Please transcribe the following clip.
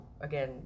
again